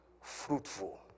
fruitful